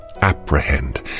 apprehend